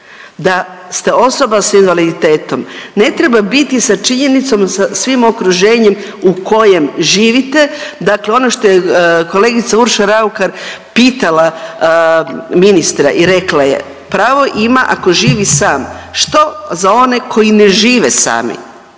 da ste osoba sa invaliditetom ne treba biti sa činjenicom, sa svim okruženjem u kojem živite, dakle ono što je kolegica Urša Raukar pitala ministra i rekla je pravo ima ako živi sam. Što za one koji ne žive sami?